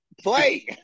play